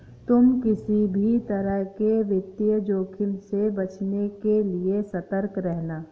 तुम किसी भी तरह के वित्तीय जोखिम से बचने के लिए सतर्क रहना